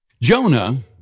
Jonah